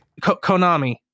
konami